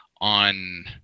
on